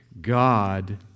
God